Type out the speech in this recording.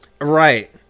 Right